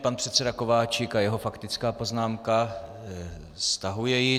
Pan předseda Kováčik a jeho faktická poznámka stahuje ji.